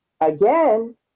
Again